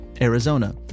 Arizona